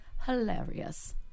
hilarious